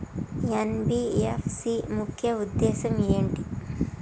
NBFC ముఖ్య ఉద్దేశం ఏంటి?